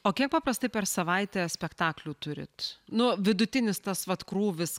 o kiek paprastai per savaitę spektaklių turit nu vidutinis tas vat krūvis